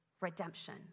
redemption